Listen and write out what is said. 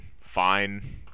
fine